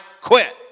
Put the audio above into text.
quit